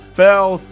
fell